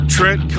Trent